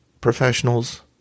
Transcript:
professionals